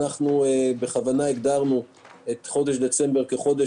בכוונה הגדרנו את חודש דצמבר כחודש